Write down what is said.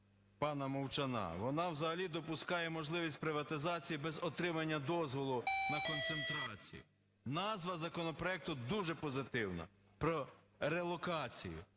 пана Мовчана, вона взагалі допускає можливість приватизації без отримання дозволу на концентрацію. Назва законопроекту дуже позитивна – про релокацію,